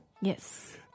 Yes